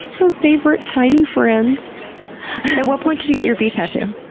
her favorite tiny friends. at what point did you get your bee tattoo?